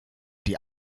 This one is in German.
die